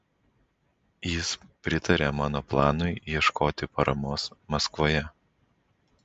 jis pritarė mano planui ieškoti paramos maskvoje